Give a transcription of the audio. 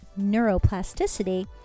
neuroplasticity